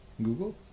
Google